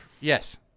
Yes